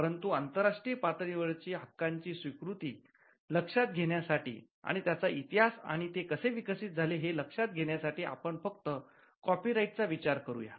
परंतु आंतरराष्ट्रीय पातळीवरची हक्कांची स्वीकृती लक्षात घेण्यासाठी आणि त्याचा इतिहास आणि ते कसे विकसित झाले ते लक्षात घेण्यासाठी आपण फक्त आणि कॉपीराईटचा विचार करूया